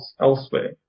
elsewhere